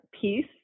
peace